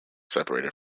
separated